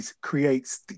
creates